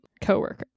co-worker